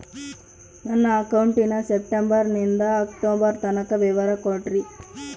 ನನ್ನ ಅಕೌಂಟಿನ ಸೆಪ್ಟೆಂಬರನಿಂದ ಅಕ್ಟೋಬರ್ ತನಕ ವಿವರ ಕೊಡ್ರಿ?